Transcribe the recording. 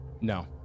No